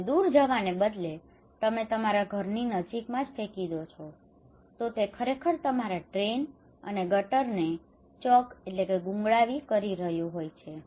અને દૂર જવાન બદલે તમે તમારા ઘરની નજીકમાં જ ફેંકી દ્યો છો તો તે ખરેખર તમારા ડ્રેઇન અને ગટરને ચોક chok ગૂંગળાવી કરી રહ્યું હોય છે